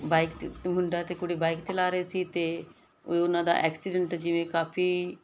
bike ਮੁੰਡਾ ਅਤੇ ਕੁੜੀ ਬਾਈਕ ਚਲਾ ਰਹੇ ਸੀ ਤੇ ਉਹਨਾਂ ਦਾ ਐਕਸੀਡੈਂਟ ਜਿਵੇਂ ਕਾਫੀ